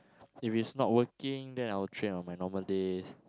if it's not working then I will train on my normal days